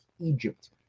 Egypt